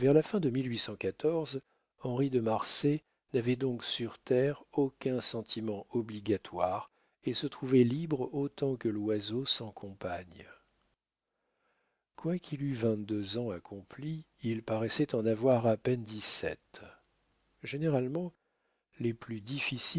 la fin de henri de marsay n'avait donc sur terre aucun sentiment obligatoire et se trouvait libre autant que l'oiseau sans compagne quoiqu'il eût vingt-deux ans accomplis il paraissait en avoir à peine dix-sept généralement les plus difficiles